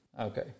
Okay